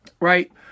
Right